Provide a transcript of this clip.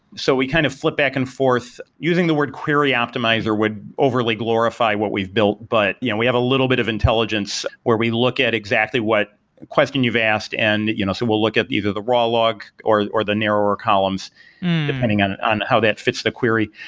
so we kind of flip back and forth using the word query optimizer would overly glorify what we've built, but yeah we have a little bit of intelligence where we look at exactly what question you've asked. and you know so we'll look at either the raw log or or the narrower columns depending on on how fits the query.